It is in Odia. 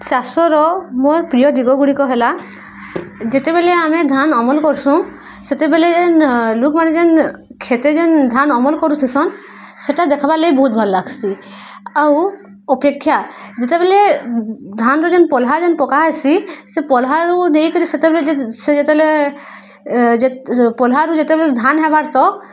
ଚାଷର ମୋର ପ୍ରିୟ ଦିଗ ଗୁଡ଼ିକ ହେଲା ଯେତେବେଲେ ଆମେ ଧାନ୍ ଅମଲ କରର୍ସୁଁ ସେତେବେଲେ ଯେନ୍ ଲୁକ୍ମାନେ ଯେନ୍ ଯେନ୍ ଧାନ ଅମଲ କରୁଥିସନ୍ ସେଟା ଦେଖ୍ବାର୍ ଲାଗି ବହୁତ ଭଲ ଲାଗ୍ସି ଆଉ ଅପେକ୍ଷା ଯେତେବେଲେ ଧାନର ଯେନ୍ ପଲହା ଯେନ୍ ପକା ହେସି ସେ ପହ୍ଲାରୁ ଦେଇକରି ସେତେବେଲେ ସେ ଯେତେବେଲେ ପହ୍ଲାରୁ ଯେତେବେଲେ ଧାନ ହେବାର୍ ତ